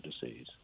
disease